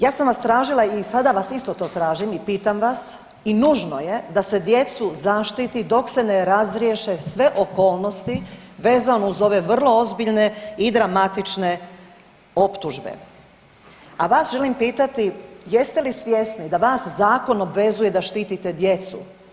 Ja sam vas tražila i sada vas isto to tražim i pitam vas i nužno je da se djecu zaštiti dok se ne razriješe sve okolnosti vezano uz ove vrlo ozbiljne i dramatične optužbe, a vas želim pitati, jeste li svjesni da vas zakon obvezuje da štitite djecu?